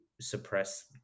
suppress